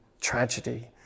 tragedy